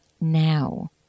now